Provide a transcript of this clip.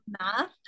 math